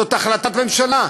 זאת החלטת ממשלה.